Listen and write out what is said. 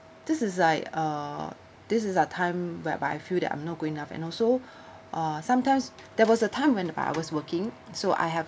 this is like err this is a time whereby I feel that I'm not good enough and also uh sometimes there was a time whereby I was working so I have